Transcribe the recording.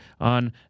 on